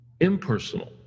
impersonal